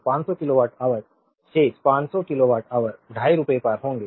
500 kilowatt hour शेष 500 kilowatt hour 25 रुपये पर होंगे